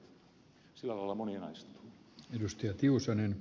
arvoisa puhemies